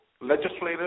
legislative